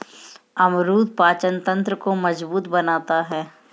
अमरूद पाचन तंत्र को मजबूत बनाता है